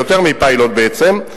זה יותר מפיילוט בעצם,